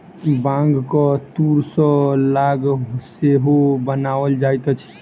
बांगक तूर सॅ ताग सेहो बनाओल जाइत अछि